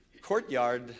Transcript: courtyard